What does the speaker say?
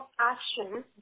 action